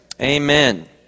Amen